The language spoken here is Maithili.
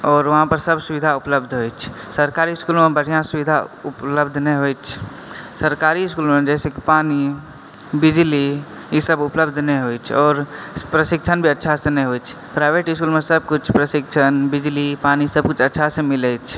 आओर वहाँ पर सब सुविधा उपलब्ध होइ छै सरकारी इसकुलमे बढ़िऑं सुविधा उपलब्ध नहि होइ छै सरकारी इसकुलमे जाहिसॅं कि पानि बिजली ई सब उपलब्ध नहि होइ छै आओर प्रशिक्षण भी अच्छा सऽ नहि होइ छै प्राइवेट इसकुलमे सबकिछु प्रशिक्षण बिजली पानि सबकिछु अच्छा सऽ मिलैत छै